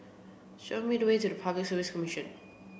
show me the way to Public Service Commission